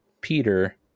Peter